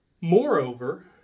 Moreover